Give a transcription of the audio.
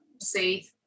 see